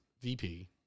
VP